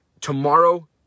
tomorrow